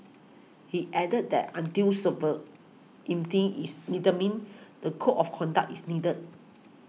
he added that until is determined the Code of Conduct is needed